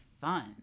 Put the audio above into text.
fun